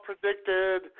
predicted